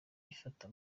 ifata